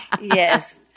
Yes